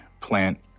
plant